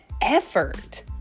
effort